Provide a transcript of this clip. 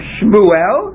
Shmuel